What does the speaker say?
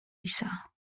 lisa